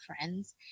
friends